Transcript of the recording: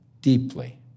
deeply